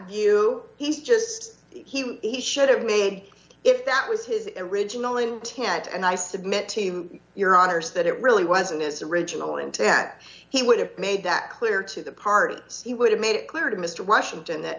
view he's just he should have made if that was his original intent and i submit to your honor's that it really wasn't his original intent he would have made that clear to the part of he would have made it clear to mister washington that